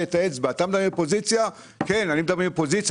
עם האצבע: "אתה מדבר מפוזיציה" כן אני מדבר מפוזיציה